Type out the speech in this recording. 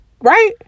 Right